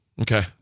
Okay